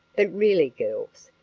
but really, girls,